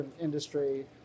industry